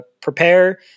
prepare